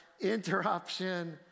interruption